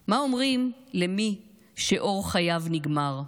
/ מה אומרים למי שאור חייו נגמר,